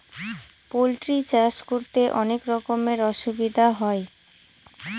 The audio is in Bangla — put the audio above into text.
পোল্ট্রি চাষ করতে অনেক রকমের অসুবিধা হয়